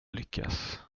lyckas